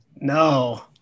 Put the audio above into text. No